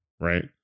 right